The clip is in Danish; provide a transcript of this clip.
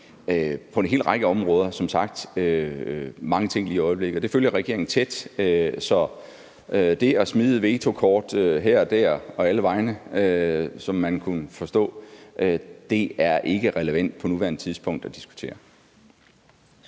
på en række områder mange ting lige i øjeblikket, og det følger regeringen tæt. Så det at smide vetokortet her og der og alle vegne, som man kunne forstå spørgeren ville, er ikke relevant at diskutere